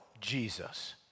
Jesus